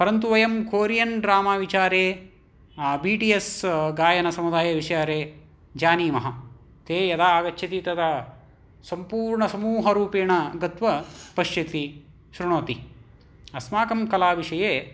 परन्तु वयं Korean drama विचारे बि टि एस् गायने समवाये विषये जानीमः ते यदा आगच्छति तदा सम्पूर्णसमूहरुपेण गत्वा एव् पश्यति शृणोति अस्माकं कलाविषये